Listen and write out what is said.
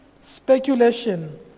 speculation